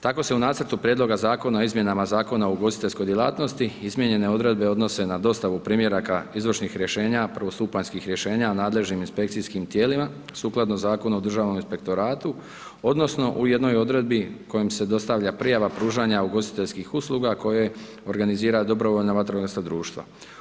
Tako se u Nacrtu prijedloga Zakona o izmjenama Zakona o ugostiteljskoj djelatnosti izmijenjene odredbe odnose na dostavu primjeraka izvršnih rješenja, prvostupanjskih rješenja nadležnim inspekcijskim tijelima sukladno Zakonu o državnom inspektoratu, odnosno u jednoj odredbi kojom se dostavlja prijava pružanja ugostiteljskih usluga koje organizira dobrovoljna vatrogasna društva.